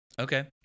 Okay